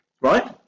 right